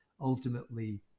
ultimately